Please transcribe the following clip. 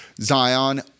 Zion